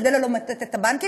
כדי לא למוטט את הבנקים.